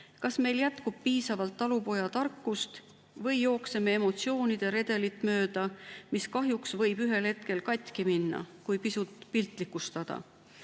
Kas meil jätkub piisavalt talupojatarkust või jookseme emotsioonide redelit mööda, mis kahjuks võib ühel hetkel katki minna – kui pisut piltlikustada? Sellest